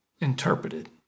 interpreted